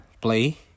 play